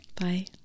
Bye